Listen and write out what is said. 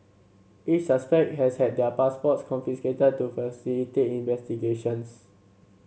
each suspect has had their passports confiscated to facilitate investigations